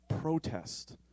Protest